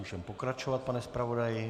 Můžeme pokračovat, pane zpravodaji.